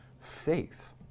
faith